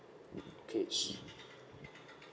okay she